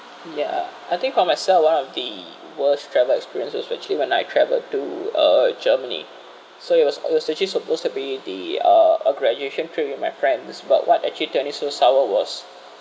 ya I think for myself one of the worst travel experience is actually when I travelled to uh germany so it was I was actually supposed to be the uh a graduation trip with my friends but what actually turn it so sour was